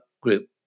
group